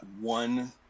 one